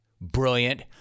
Brilliant